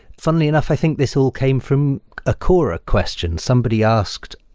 funnily enough, i think this all came from a quora question. somebody asked,